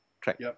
track